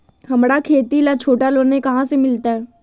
हमरा खेती ला छोटा लोने कहाँ से मिलतै?